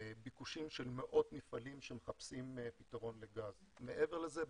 ביקושים של מאות מפעלים שמחפשים פתרון לגז; מעבר לזה,